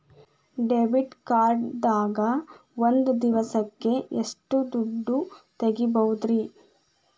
Debit card ದಾಗ ಒಂದ್ ದಿವಸಕ್ಕ ಎಷ್ಟು ದುಡ್ಡ ತೆಗಿಬಹುದ್ರಿ?